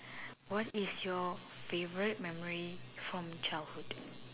what is your favourite memory from childhood